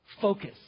focus